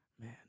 man